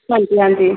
ਹਾਂਜੀ ਹਾਂਜੀ